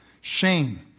Shame